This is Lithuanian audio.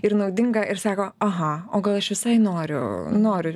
ir naudingą ir sako aha o gal aš visai noriu noriu